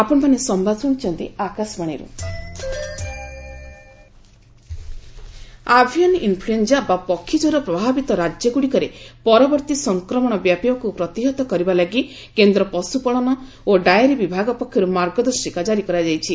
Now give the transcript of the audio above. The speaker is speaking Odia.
ଆନିମଲ୍ ହଜ୍ବ୍ୟାଣ୍ଡି ଆଭିଆନ୍ ଇନ୍ଫ୍ଲଏଞ୍ଜା ବା ପକ୍ଷୀ ଜ୍ୱର ପ୍ରଭାବିତ ରାଜ୍ୟଗୁଡ଼ିକରେ ପରବର୍ତ୍ତୀ ସଂକ୍ରମଣ ବ୍ୟାପିବାକୁ ପ୍ରତିହତ କରିବା ଲାଗି କେନ୍ଦ୍ର ପଶୁପାଳନ ଓ ଡାଏରୀ ବିଭାଗ ପକ୍ଷରୁ ମାର୍ଗଦର୍ଶିକା କାରି କରାଯାଇଛି